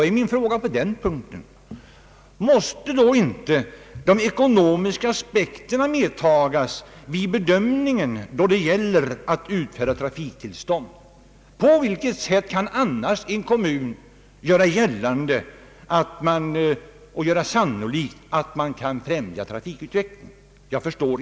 Min fråga på den punkten är: Måste inte de ekonomiska aspekterna medtagas vid bedömningen då det gäller att utfärda trafiktillstånd? På vilket sätt kan annars en kommun göra sannolikt att man kan främja trafikutvecklingen?